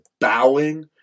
bowing